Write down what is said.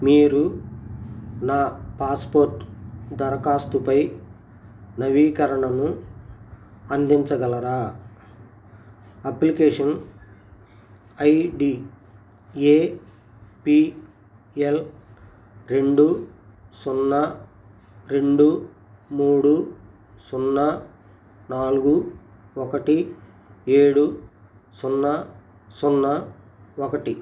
మీరు నా పాస్పోర్ట్ దరఖాస్తుపై నవీకరణను అందించగలరా application I D A P L రెండు సున్నా రెండు మూడు సున్నా నాలుగు ఒకటి ఏడు సున్నా సున్నా ఒకటి